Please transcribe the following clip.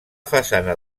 façana